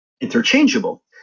interchangeable